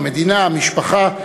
המדינה והמשפחה,